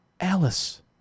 Alice